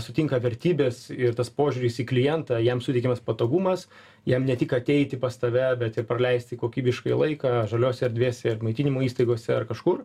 sutinka vertybės ir tas požiūris į klientą jam suteikiamas patogumas jam ne tik ateiti pas tave bet ir praleisti kokybiškai laiką žaliose erdvėse ir maitinimo įstaigose ar kažkur